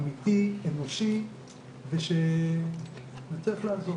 אמיתי, אנושי ושנצליח לעזור.